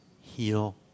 heal